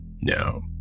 No